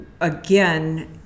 again